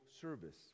service